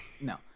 no